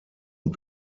und